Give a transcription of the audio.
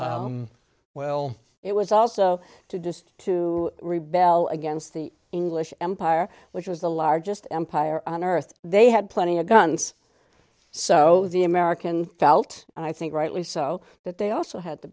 well it was also to do to rebel against the english empire which was the largest empire on earth they had plenty of guns so the american felt and i think rightly so that they also had to